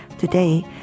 Today